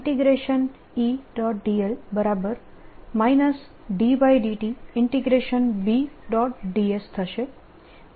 dS થશે જ્યાં dS એ એરિયા છે સ્લાઇડ સમયનો સંદર્ભ લો 0210